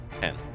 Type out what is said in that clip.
ten